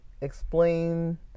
explain